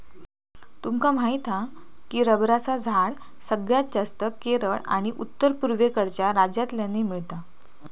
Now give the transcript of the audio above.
तुमका माहीत हा की रबरचा झाड सगळ्यात जास्तं केरळ आणि उत्तर पुर्वेकडच्या राज्यांतल्यानी मिळता